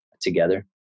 together